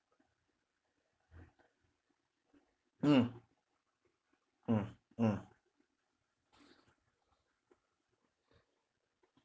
mm mm mm